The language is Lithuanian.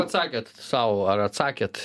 atsakėt sau ar atsakėt